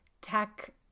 tech